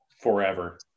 forever